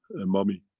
a mummy.